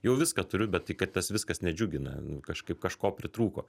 jau viską turiu bet tai kad tas viskas nedžiugina kažkaip kažko pritrūko